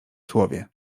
słowie